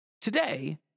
Today